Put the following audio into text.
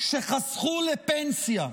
שחסכו לפנסיה,